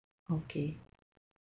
okay